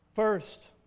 First